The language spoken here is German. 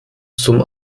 zum